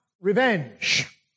revenge